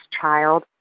child